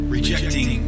Rejecting